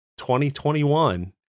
2021